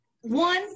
One